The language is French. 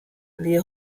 les